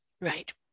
Right